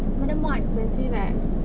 but then more expensive eh